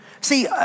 See